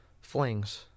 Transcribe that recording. flings